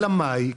אלא מאי?